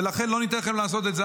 ולכן לא ניתן לכם לעשות את זה.